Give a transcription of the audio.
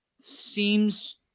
seems